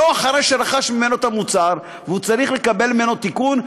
שלא אחרי שרכש ממנו את המוצר והוא צריך לקבל ממנו תיקון,